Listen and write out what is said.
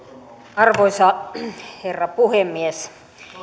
arvoisa herra puhemies